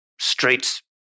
streets